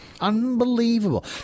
Unbelievable